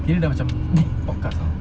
kira dah macam podcast [tau]